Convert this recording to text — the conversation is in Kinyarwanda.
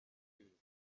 ibizami